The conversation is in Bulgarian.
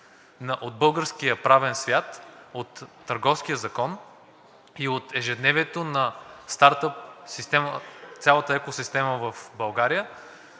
от българския правен свят, от Търговския закон и от ежедневието на цялата стартъп екосистема в България.